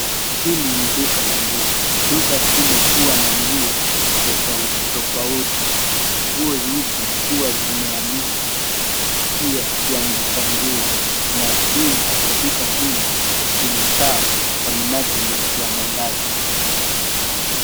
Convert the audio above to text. Hili ni duka la nguo. Duka hili hua na nguo tofauti tofauti. Nguo hizi huwa zimeanikwa kupitia kiangika nguo na juu ya duka hili kuna taa kwa minajili ya mwangaza.